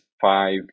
five